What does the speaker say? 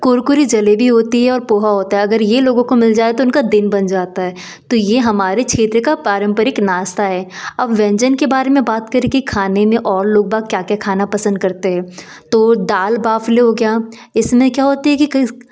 कुरकुरी जलेबी होती हैं और पोहा होता है अगर यह लोगों को मिल जाए तो उनका दिन बन जाता है तो यह हमारे क्षेत्र का पारम्परिक नाश्ता है अब व्यंजन के बारे में बात करके खाने में और लोग बाग क्या क्या खाना पसंद करते हैं तो दाल बाफले हो गया इसमें क्या होती है कि किस